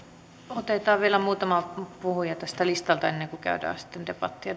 otetaan vielä muutama puhuja tästä listalta ennen kuin käydään sitten debattia